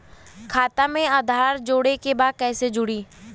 खाता में आधार जोड़े के बा कैसे जुड़ी?